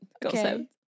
concept